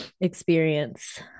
experience